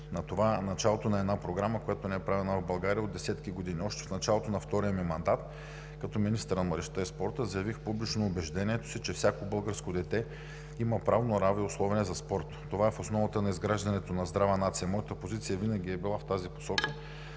Това е началото на програма, която не е правена в България от десетки години. Още в началото на втория ми мандат като министър на младежта и спорта заявих публично убеждението си, че всяко българско дете има право на равни условия за спорт. Това е в основата на изграждането на здрава нация. Моята позиция винаги е била в тази посока